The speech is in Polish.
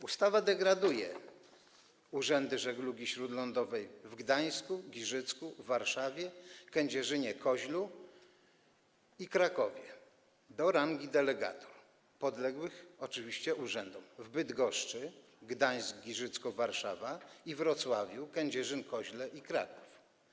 Ustawa degraduje Urzędy Żeglugi Śródlądowej w Gdańsku, Giżycku, Warszawie, Kędzierzynie-Koźlu i Krakowie do rangi delegatur podległych urzędom w Bydgoszczy - Gdańsk, Giżycko i Warszawa - i we Wrocławiu - Kędzierzyn-Koźle i Kraków.